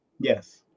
Yes